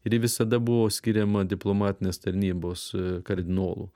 ir ji visada buvo skiriama diplomatinės tarnybos kardinolų